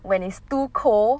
when it's too cold